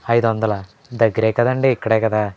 ఐదు వందల దగ్గరే కదండి ఇక్కడే కదా